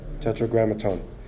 tetragrammaton